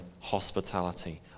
hospitality